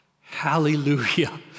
Hallelujah